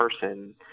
person